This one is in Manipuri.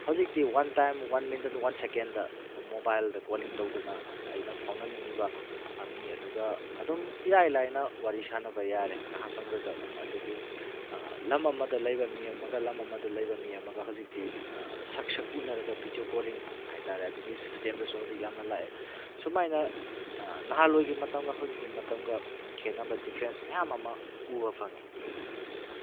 ꯍꯧꯖꯤꯛꯇꯤ one time one minute one second ꯃꯣꯕꯥꯏꯜꯗ ꯀꯣꯂꯤꯡ ꯇꯧꯗꯨꯅ ꯑꯩꯅ ꯐꯥꯎꯅꯅꯤꯡꯉꯤꯕ ꯃꯤ ꯑꯗꯨꯒ ꯑꯗꯨꯝ ꯏꯔꯥꯏ ꯂꯥꯏꯅ ꯋꯥꯔꯤ ꯁꯥꯟꯅꯕ ꯌꯥꯔꯦ ꯉꯥꯏꯍꯥꯛꯇꯪꯇꯗ ꯑꯗꯨꯝ ꯑꯗꯨꯗꯒꯤ ꯂꯝ ꯑꯃꯗ ꯂꯩꯕ ꯃꯤ ꯑꯃꯒ ꯂꯝ ꯑꯃꯗ ꯂꯩꯕ ꯃꯤ ꯑꯃꯒ ꯍꯧꯖꯤꯛꯇꯤ ꯁꯛ ꯁꯛ ꯎꯅꯔꯒ ꯕꯤꯗꯤꯌꯣ ꯀꯣꯜꯂꯤꯡ ꯍꯥꯏꯇꯥꯔꯦ ꯑꯗꯨꯒꯤ ꯁꯤꯁꯇꯦꯝꯗꯁꯨ ꯍꯧꯖꯤꯛ ꯌꯥꯝꯅ ꯂꯥꯛꯑꯦ ꯑꯁꯨꯃꯥꯏꯅ ꯅꯍꯥꯟꯋꯥꯏꯒꯤ ꯃꯇꯝꯒ ꯍꯧꯖꯤꯛꯀꯤ ꯃꯇꯝꯒ ꯈꯦꯟꯅꯕ ꯗꯤꯐ꯭ꯔꯦꯟꯁ ꯃꯌꯥꯝ ꯑꯃ ꯎꯕ ꯐꯪꯉꯦ